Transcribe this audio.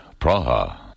Praha